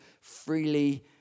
freely